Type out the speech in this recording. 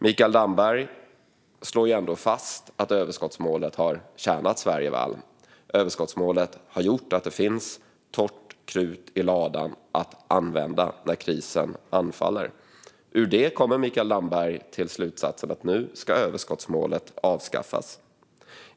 Mikael Damberg slår fast att överskottsmålet har tjänat Sverige väl. Överskottsmålet har gjort att det finns torrt krut i ladan att använda när krisen anfaller. Ur detta kommer Mikael Damberg till slutsatsen att överskottsmålet nu ska avskaffas.